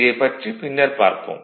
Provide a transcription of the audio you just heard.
இதைப் பற்றி பின்னர் பார்ப்போம்